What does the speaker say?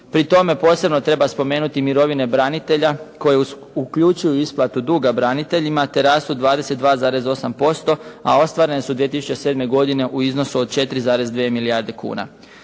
Pri tome posebno treba spomenuti mirovine branitelja koje uključuju isplatu duga braniteljima te rast od 22,8% a ostvarene su 2007. godine u iznosu od 4,2 milijarde kuna.